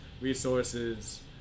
resources